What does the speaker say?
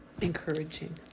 Encouraging